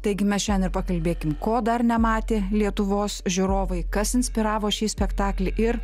taigi mes šiandien ir pakalbėkim ko dar nematė lietuvos žiūrovai kas inspiravo šį spektaklį ir